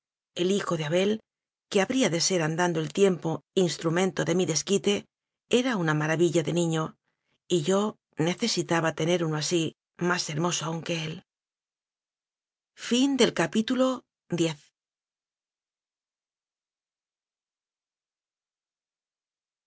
ei hijo de abel que habría de ser andando el tiempo instrumento de mi desquite era una maravilla de niño y yo necesitaba tener uno así más hermoso aún que él y